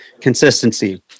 consistency